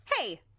Hey